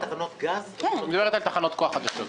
היא מדברת על תחנות כוח חדשות.